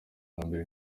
hambere